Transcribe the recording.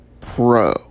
Pro